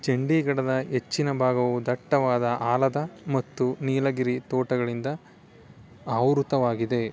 ಚಂಡೀಗಡದ ಹೆಚ್ಚಿನ ಭಾಗವು ದಟ್ಟವಾದ ಆಲದ ಮತ್ತು ನೀಲಗಿರಿ ತೋಟಗಳಿಂದ ಆವೃತವಾಗಿದೆ